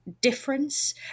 difference